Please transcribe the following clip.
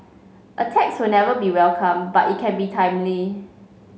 a tax will never be welcome but it can be timely